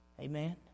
Amen